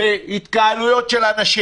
בהתקהלויות של האנשים.